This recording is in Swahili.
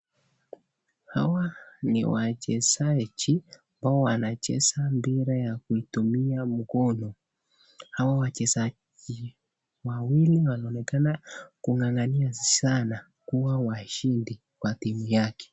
Hawa ni wachezaji ambao wanacheza mpira ya kutumia mguuni, hao wachezaji wawili wanaoonekana kung'ang'ania sana kuwa washindi wa timu yake.